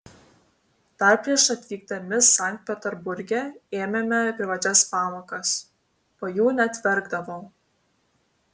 dar prieš atvykdami sankt peterburge ėmėme privačias pamokas po jų net verkdavau